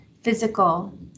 physical